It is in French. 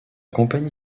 compagnie